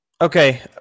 Okay